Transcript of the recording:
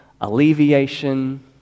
alleviation